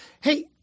Hey